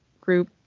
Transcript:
group